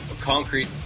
concrete